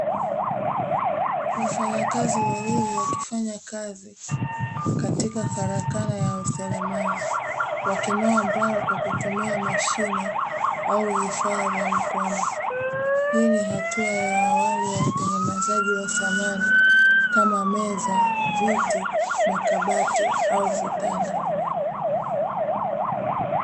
Wafanyakazi wawili wakifanya kazi katika farakana ya useremala wakinoa mbao kwa kutumia mashine au vifaa vya mkono, hii ni hatua ya awali ya utengenezaji wa thamani kama meza, viti, makabati au vitanda.